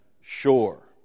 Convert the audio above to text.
sure